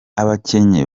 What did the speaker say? abakinnyi